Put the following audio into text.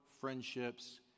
friendships